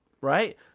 right